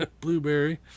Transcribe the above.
Blueberry